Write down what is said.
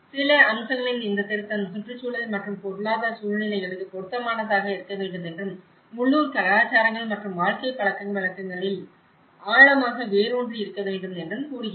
சில அம்சங்களின் இந்த திருத்தம் சுற்றுச்சூழல் மற்றும் பொருளாதார சூழ்நிலைகளுக்கு பொருத்தமானதாக இருக்க வேண்டும் என்றும் உள்ளூர் கலாச்சாரங்கள் மற்றும் வாழ்க்கை பழக்கங்களில் ஆழமாக வேரூன்றி இருக்க வேண்டும் என்றும் கூறுகிறது